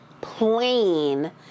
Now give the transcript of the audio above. plain